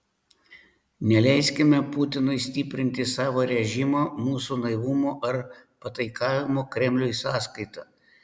neleiskime putinui stiprinti savo režimo mūsų naivumo ar pataikavimo kremliui sąskaita